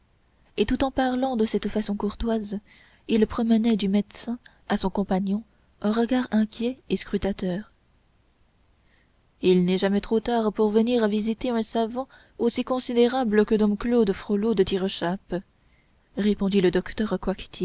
courtoise il promenait du médecin à son compagnon un regard inquiet et scrutateur il n'est jamais trop tard pour venir visiter un savant aussi considérable que dom claude frollo de tirechappe répondit le docteur